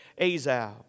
Azal